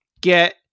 get